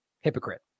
Hypocrite